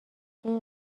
این